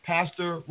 Pastor